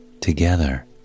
Together